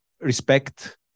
respect